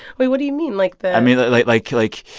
wait. what do you mean? like the. i mean, like like. like,